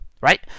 right